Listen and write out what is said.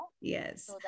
yes